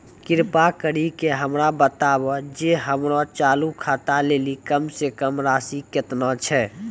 कृपा करि के हमरा बताबो जे हमरो चालू खाता लेली कम से कम राशि केतना छै?